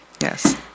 Yes